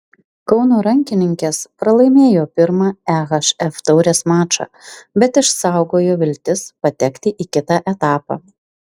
kauno rankininkės pralaimėjo pirmą ehf taurės mačą bet išsaugojo viltis patekti į kitą etapą